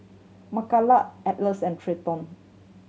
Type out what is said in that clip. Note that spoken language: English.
Mckayla Atlas and Trenton